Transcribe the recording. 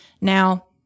Now